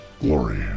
glory